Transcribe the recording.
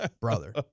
Brother